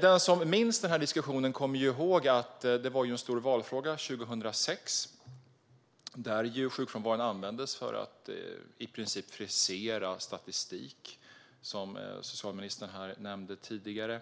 Den som minns diskussionen kommer ihåg att detta var en stor valfråga 2006, där sjukfrånvaron användes för att frisera statistik, vilket socialministern nämnde här tidigare.